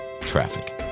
Traffic